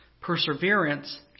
Perseverance